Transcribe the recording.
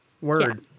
word